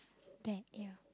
that area